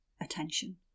attention